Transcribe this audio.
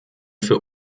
für